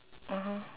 (uh huh)